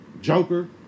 Joker